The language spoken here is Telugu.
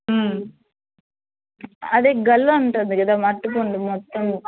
అదే గెల ఉంటుంది కదా మట్టి కుండ మొత్తం